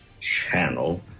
channel